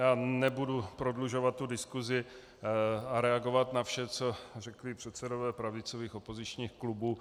Já nebudu prodlužovat diskusi a reagovat na vše, co řekli předsedové pravicových opozičních klubů.